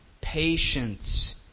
patience